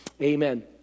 amen